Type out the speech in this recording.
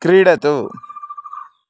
क्रीडतु